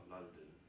London